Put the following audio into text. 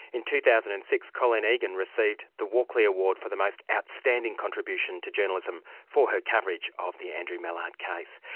in two thousand and six colleen egan received the walkley award for the most outstanding contribution to journalism, for her coverage of the andrew mallard case.